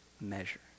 measure